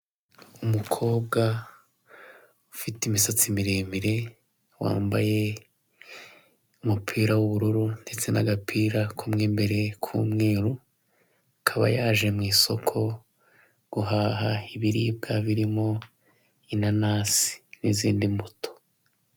Iyi ni inzu y'ubwishingizi ahangaha uraza bakaguheza ubwishingizi. Ugashinganisha ibikorwa byawe, ugashinganisha amazu yawe, ugashinganisha umuryango wawe n'abana bawe.